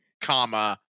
comma